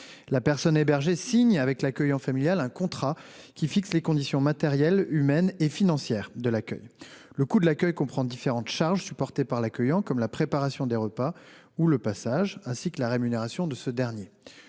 La personne hébergée signe avec l'accueillant familial un contrat qui fixe les conditions matérielles, humaines et financières de l'accueil. Le coût de l'accueil comprend différentes charges supportées par l'accueillant, comme la préparation des repas ou le repassage, ainsi que la rémunération de ce dernier.